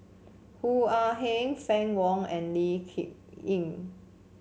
Hoo Ah Kay Fann Wong and Lee Kip Lin